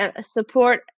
support